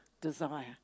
desire